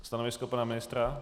Stanovisko pana ministra?